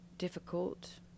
difficult